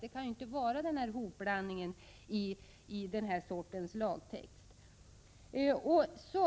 Vi kan inte ha denna sammanblandning i lagtexten.